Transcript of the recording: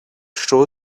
show